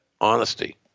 honesty